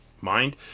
mind